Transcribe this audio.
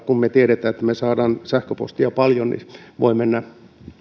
kun me tiedämme että me saamme sähköpostia paljon niin voi mennä